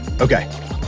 Okay